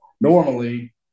normally